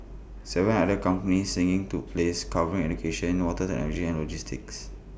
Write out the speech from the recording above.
Seven other company singing took place covering education water technology and logistics